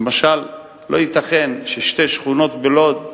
למשל, לא ייתכן ששתי שכונות בלוד,